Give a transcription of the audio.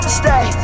stay